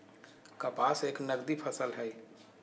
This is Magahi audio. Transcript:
कपास एक नगदी फसल हई